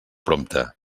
prompte